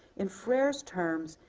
in freire's terms.